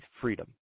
freedom